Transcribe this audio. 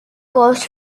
costs